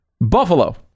Buffalo